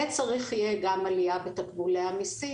וצריך יהיה גם עלייה בתקבולי המיסים,